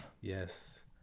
yes